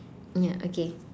ya okay